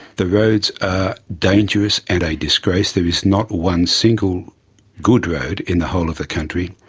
the roads are dangerous and a disgrace, there is not one single good road in the whole of the country.